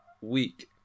week